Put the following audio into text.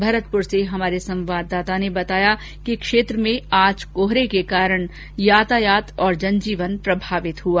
भरतपुर से हमारे संवाददाता ने बताया कि क्षेत्र में आज कोहरे के कारण यातायात तथा जनजीवन प्रभावित हुआ